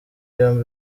yombi